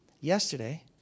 yesterday